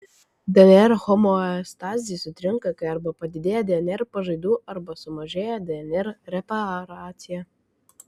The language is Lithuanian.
dnr homeostazė sutrinka kai arba padidėja dnr pažaidų arba sumažėja dnr reparacija